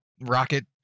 rocket